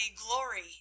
glory